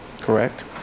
correct